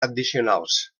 addicionals